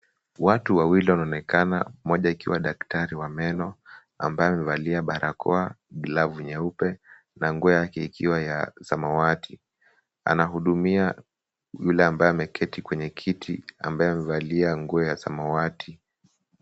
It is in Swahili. Watu wawili wanaonekana moja akiwa ni daktari wa meno, ambaye amevalia barakoa, glavu nyeupe, na nguo yake ikiwa samawati. Anahudumia yule ambaye ameketi kwenye kiti ambaye amevalia nguo ya samawati.